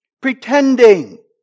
Pretending